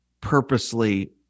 purposely